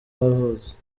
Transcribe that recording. yavutse